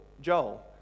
Joel